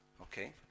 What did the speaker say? Okay